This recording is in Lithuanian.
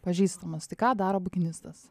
pažįstamas tai ką daro bukinistas